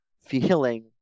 feeling